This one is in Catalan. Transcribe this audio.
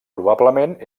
probablement